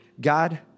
God